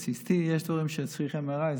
אז CT. יש דברים שצריכים בהם MRI,